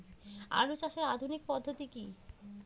আলু চাষের আধুনিক পদ্ধতি কি?